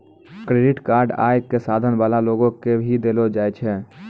credit card आय क साधन वाला लोगो के ही दयलो जाय छै